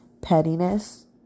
pettiness